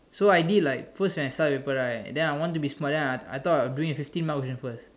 so I did like first and third paper right then I want to be smart then I thought of doing the fifteen mark question mark question first